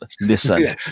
listen